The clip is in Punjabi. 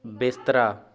ਬਿਸਤਰਾ